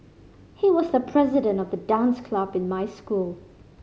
he was the president of the dance club in my school